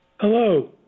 Hello